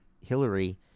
Hillary